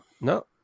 No